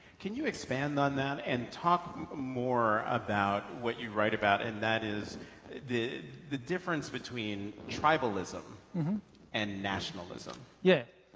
can you expand on that and talk more about what you write about and that is the the difference between tribalism and nationalism. yeah,